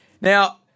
Now